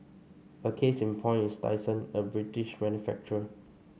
a case in point is Dyson a British manufacturer